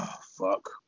fuck